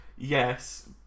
Yes